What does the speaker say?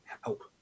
help